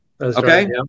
Okay